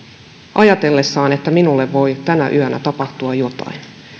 ajatellen että minulle voi tänä yönä tapahtua jotain